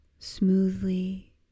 smoothly